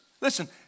Listen